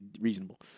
reasonable